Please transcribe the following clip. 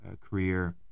career